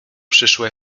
przyszłe